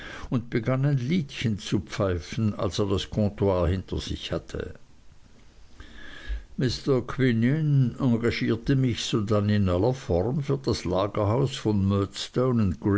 und begann ein liedchen zu pfeifen als er das comptoir hinter sich hatte mr quinion engagierte mich sodann in aller form für das lagerhaus von